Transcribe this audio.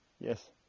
Yes